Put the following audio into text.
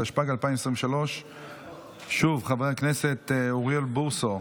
התשפ"ג 2023. שוב חבר הכנסת אוריאל בוסו